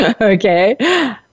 okay